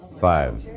Five